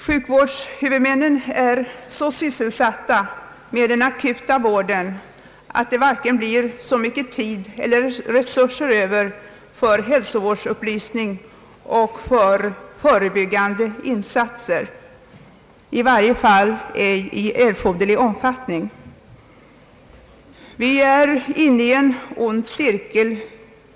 Sjukvårdshuvudmännen är så sysselsatta med den akuta vården att det inte blir så mycket tid eller resurser över för hälsovårdsupplysning och förebyggande insatser, i varje fall inte i erforderlig omfattning. Vi är inne i en ond cirkel.